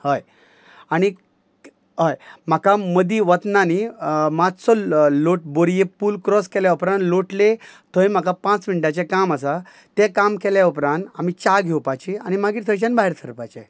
हय आनी हय म्हाका मदीं वतना न्ही मातसो लोट बोरये पूल क्रॉस केल्या उपरांत लोटले थंय म्हाका पांच मिनटाचें काम आसा तें काम केले उपरांत आमी च्या घेवपाची आनी मागीर थंयच्यान भायर सरपाचे